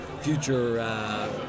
future